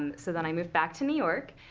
and so then i moved back to new york,